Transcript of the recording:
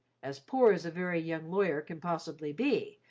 as poor as a very young lawyer can possibly be,